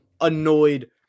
annoyed